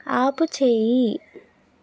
ఆపుచేయి